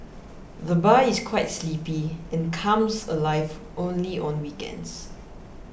the bar is quite sleepy and comes alive only on weekends